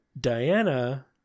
Diana